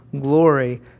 glory